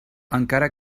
encara